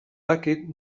dakit